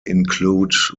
include